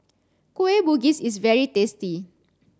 Kueh Bugis is very tasty